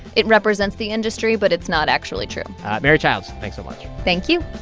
it represents the industry, but it's not actually true mary childs, thanks so much thank you